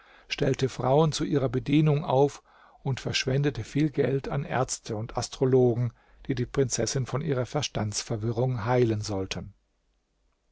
stellte frauen zu ihrer bedienung auf und verschwendete viel geld an ärzte und astrologen die die prinzessin von ihrer verstandsverwirrung heilen sollten